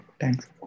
thanks